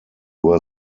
were